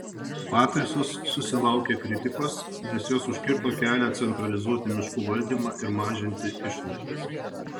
pataisos susilaukė kritikos nes jos užkirto kelią centralizuoti miškų valdymą ir mažinti išlaidas